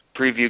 preview